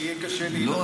כי אז יהיה קשה --- לא,